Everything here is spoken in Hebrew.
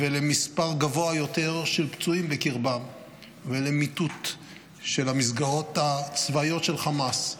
למספר גבוה יותר של פצועים בקרבם ולמיטוט של המסגרות הצבאיות של חמאס,